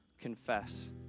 confess